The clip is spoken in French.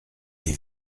les